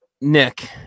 Nick